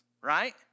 right